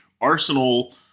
Arsenal